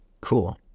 cool